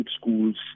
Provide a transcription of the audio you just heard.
schools